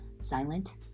silent